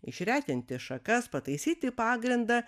išretinti šakas pataisyti pagrindą